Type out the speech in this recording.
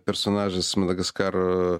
personažas madagaskaro